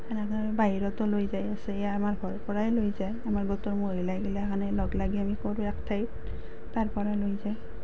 সেনেকৈ আৰু বাহিৰতো লৈ যাই আছে এয়া আমাৰ ঘৰৰ পৰাই লৈ যায় আমাৰ গোটৰ মহিলাগিলাখনে লগলাগি আমি কৰোঁ এক ঠাইত তাৰ পৰা লৈ যায়